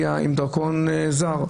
עיקרון היסוד במדינת ישראל הוא שכל אזרח,